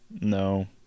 no